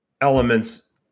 elements